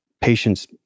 patient's